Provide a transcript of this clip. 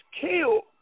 killed